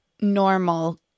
normal